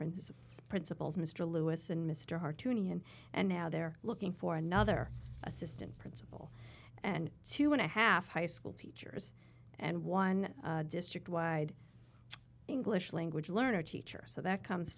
principal principals mr lewis and mr hard to me and and now they're looking for another assistant principal and two and a half high school teachers and one district wide english language learner teacher so that comes